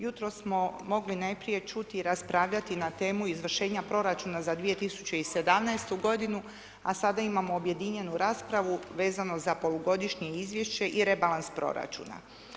Jutros smo mogli najprije čuti i raspravljati na temu izvršenja proračuna za 2017. g. a sada imamo objedinjenu raspravu vezano za polugodišnje izvješće i rebalans proračuna.